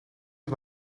van